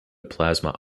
plasma